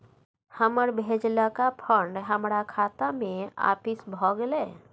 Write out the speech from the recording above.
हमर भेजलका फंड हमरा खाता में आपिस भ गेलय